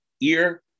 ear